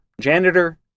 Janitor